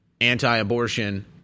anti-abortion